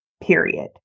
period